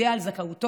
יודע על זכאותו,